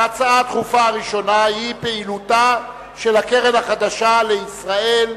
ההצעות הדחופות הראשונות הן: פעילותה של הקרן החדשה לישראל,